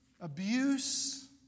abuse